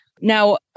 Now